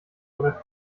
oder